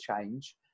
change